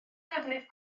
defnydd